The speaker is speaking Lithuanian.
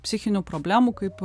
psichinių problemų kaip